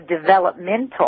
developmental